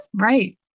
Right